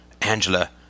Angela